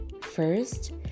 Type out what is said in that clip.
first